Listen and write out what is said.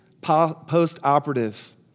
post-operative